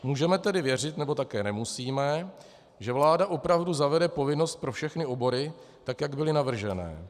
Můžeme tedy věřit, nebo také nemusíme, že vláda opravdu zavede povinnost pro všechny obory, tak jak byly navrženy.